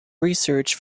research